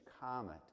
comet